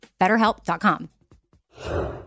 BetterHelp.com